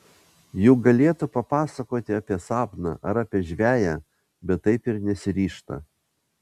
juk galėtų papasakoti apie sapną ar apie žveję bet taip ir nesiryžta